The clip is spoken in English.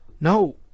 no